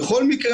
בכל מקרה,